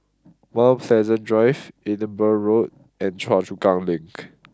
Mount Pleasant Drive Edinburgh Road and Choa Chu Kang Link